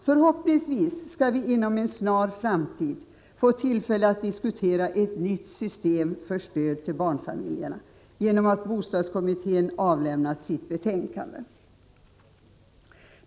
Förhoppningsvis skall vi inom en snar framtid få tillfälle att diskutera ett nytt system för stöd till barnfamiljerna genom att bostadskommittén avlämnat sitt betänkande.